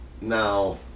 now